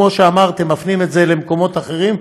כמו שאמרת, הם מפנים את זה למקומות אחרים.